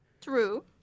True